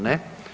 Ne.